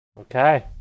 Okay